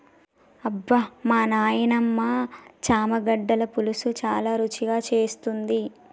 అబ్బమా నాయినమ్మ చామగడ్డల పులుసు చాలా రుచిగా చేస్తుంది